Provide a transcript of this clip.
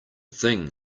thing